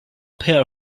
pair